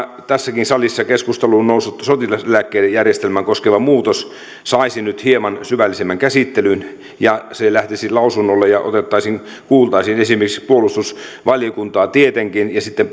tässäkin salissa keskusteluun noussut sotilaseläkejärjestelmää koskeva muutos saisi nyt hieman syvällisemmän käsittelyn ja se lähtisi lausunnolle ja kuultaisiin esimerkiksi puolustusvaliokuntaa tietenkin ja sitten